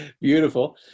Beautiful